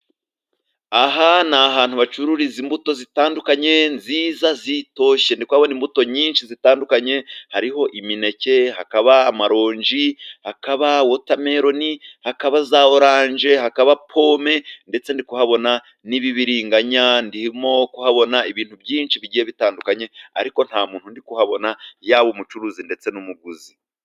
Aha ni ahantu bacururiza imbuto zitandukanye nziza zitoshye, ndi kuhabona imbuto nyinshi zitandukanye hariho imineke, hakaba amaronji, hakaba wotameloni, hakaba za orange, hakaba pome ndetse no ndi kuhabona n'ibibiringanya, ndimo kuhabona ibintu byinshi bigiye bitandukanye, ariko nta muntu ndi kuhabona yaba umucuruzi ndetse n'umuguzi.